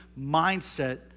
mindset